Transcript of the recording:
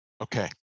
Okay